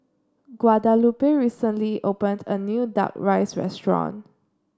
Guadalupe recently opened a new Duck Rice Restaurant